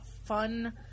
Fun